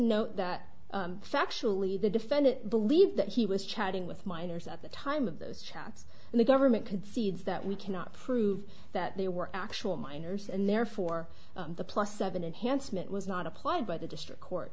factually the defendant believed that he was chatting with minors at the time of those chaps and the government could feeds that we cannot prove that they were actual minors and therefore the plus seven enhanced meant was not applied by the district court